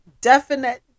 definite